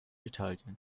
italien